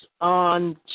on